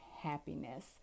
happiness